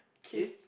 okay